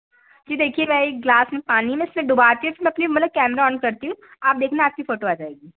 जी देखिए मैं एक ग्लास में पानी में उसमें डुबा के अपनी मतलब कैमरा ऑन करती हूँ आप देखना आपकी फ़ोटो आ जाएगी